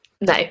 No